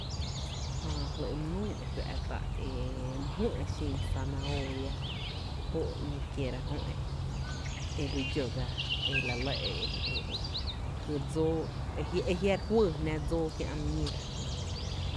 Jää jly’ my nuu e fa’ tá’ emy jü e xin zanahoria jóó re ‘ní’ re kiéra jö e e e la lɇ jy dsóó e jia’ re kuɇɇ jná dsóó kiä’ my ñíra.